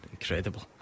Incredible